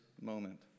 moment